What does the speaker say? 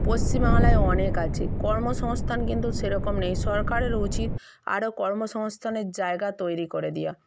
পশ্চিমবাংলায় অনেক আছে কর্মসংস্থান কিন্তু সেরকম নেই সরকারের উচিত আরও কর্মসংস্থানের জায়গা তৈরি করে দেওয়া